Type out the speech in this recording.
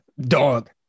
dog